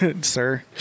sir